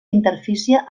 interfície